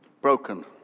broken